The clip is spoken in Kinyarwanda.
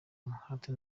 umuhate